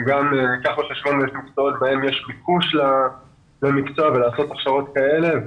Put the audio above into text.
יש מקצועות בהם יש ביקוש למקצוע ונרצה לעשות הכשרות כאלה.